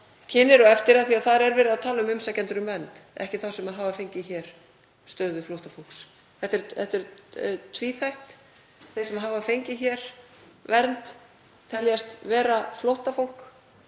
kynnir á eftir. Þar er verið að tala um umsækjendur um vernd, ekki þá sem hafa fengið hér stöðu flóttafólks. Þetta er tvíþætt. Þeir sem hafa fengið hér vernd teljast vera flóttafólk